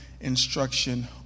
instruction